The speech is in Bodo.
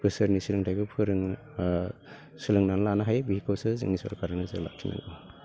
बोसोरनि सोलोंथाइखौ फोरोंनो सोलोंनानै लानो हायो बेखौसो जोंनि सरखारा नोजोर लाखिनांगौ